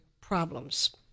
problems